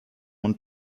und